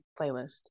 playlist